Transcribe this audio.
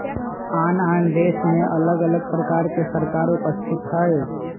आन आन देशमें अलग अलग प्रकार के सरकार उपस्थित हइ